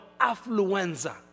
affluenza